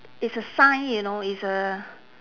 it's a sign you know it's a